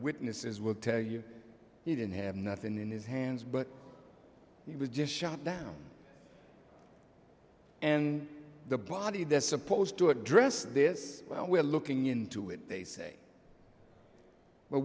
witnesses will tell you he didn't have nothing in his hands but he was just shot down and the body that's supposed to address this well we're looking into it they say